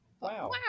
Wow